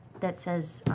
that says,